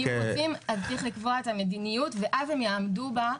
אם רוצים אז צריך לקבוע את המדיניות ואז הם יעמדו בה,